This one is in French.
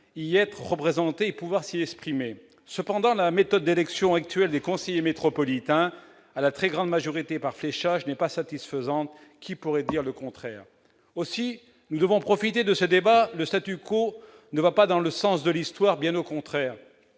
y être représentées et pouvoir s'y exprimer. Néanmoins, la méthode d'élection actuelle des conseillers métropolitains, pour la très grande majorité par fléchage, n'est pas satisfaisante : qui pourrait dire le contraire ? Aussi, nous devons tirer parti de ce débat. Le ne va pas dans le sens de l'histoire, bien au contraire.